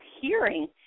hearing